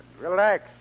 Relax